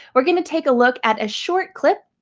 we're gonna take a look at a short clip,